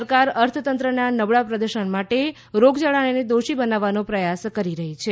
સરકાર અર્થતંત્રના નબળા પ્રદર્શન માટે રોગચાળાને દોષી બનાવવાનો પ્રયાસ કરી રહી છે